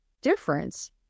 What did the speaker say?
difference